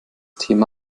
thema